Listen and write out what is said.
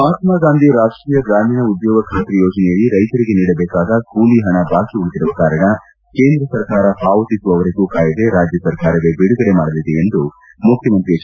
ಮಹಾತ್ಮ ಗಾಂಧಿ ರಾಷ್ಟೀಯ ಗ್ರಾಮೀಣ ಉದ್ಲೋಗಬಾತ್ರಿ ಯೋಜನೆಯಡಿ ರೈತರಿಗೆ ನೀಡಬೇಕಾದ ಕೂಲಿ ಹಣ ಬಾಕಿ ಉಳಿದಿರುವ ಕಾರಣ ಕೇಂದ್ರ ಸರ್ಕಾರ ಪಾವತಿಸುವವರೆಗೂ ಕಾಯದೆ ರಾಜ್ಯ ಸರ್ಕಾರವೇ ಬಿಡುಗಡೆ ಮಾಡಲಿದೆ ಎಂದು ಮುಖ್ಣಮಂತ್ರಿ ಎಚ್